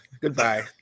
Goodbye